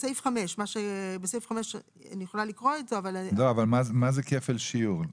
בסעיף 5. אבל מהו כפל שיעור?